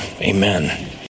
amen